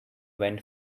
went